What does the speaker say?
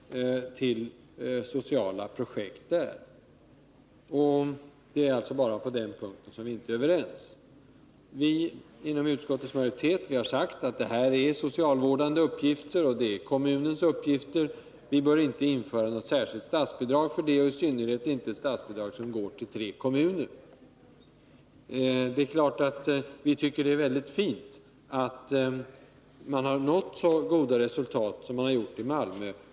Men det är alltså bara på denna punkt som vi inte är överens. Vi inom utskottsmajoriteten har sagt att det här är fråga om socialvårdande uppgifter, dvs. kommunala angelägenheter, och att vi inte bör införa något särskilt statsbidrag för dessa — i synnerhet inte ett statsbidrag som bara skulle utgå till tre kommuner. Det är klart att vi tycker att det är mycket fint att man har nått så goda resultat som man har gjort i Malmö.